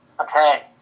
Okay